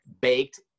baked